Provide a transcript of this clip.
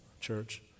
church